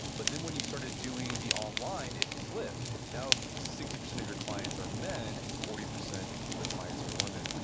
but then when you started doing the online, it flipped. now sixty percent of your clients are men and forty percent of the clients are women.